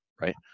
right